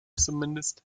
zumindest